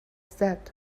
that